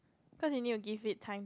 cause you need to give it time to